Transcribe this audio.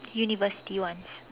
university ones